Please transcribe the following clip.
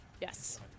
yes